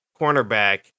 cornerback